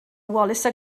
wallace